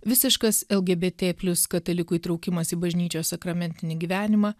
visiškas lgbt plius katalikų įtraukimas į bažnyčios sakramentinį gyvenimą